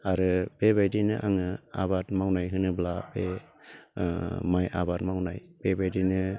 आरो बेबायदिनो आङो आबाद मावनाय होनोब्ला बे ओ माइ आबाद मावनाय बेबायदिनो